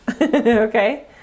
Okay